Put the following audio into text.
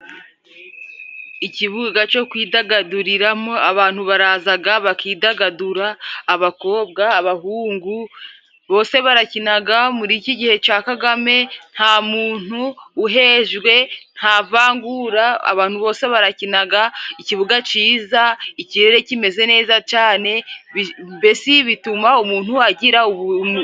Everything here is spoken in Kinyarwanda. Ikibuga cyo kwidagaduriramo, abantu barazaga bakidagadura, abakobwa, abahungu, bose barakinaga muri iki gihe ca Kagame, nta muntu uhejwe, nta vangura abantu bose barakinaga, ikibuga ciza, ikirere kimeze neza cane, mbese bituma umuntu agira ubuntu.